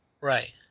Right